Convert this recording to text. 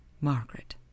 Margaret